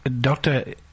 Doctor